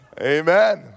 Amen